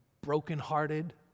brokenhearted